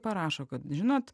parašo kad žinot